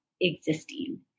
existing